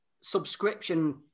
subscription